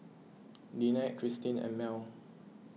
Lynette Christine and Mell